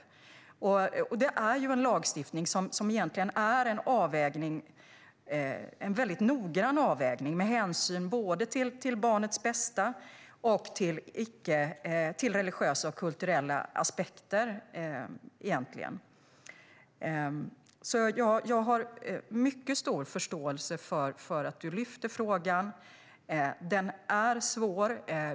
Det är en lagstiftning som egentligen är en mycket noggrann avvägning med hänsyn till barnets bästa och till religiösa och kulturella aspekter. Jag har mycket stor förståelse för att du lyfter frågan, Richard Jomshof. Den är svår.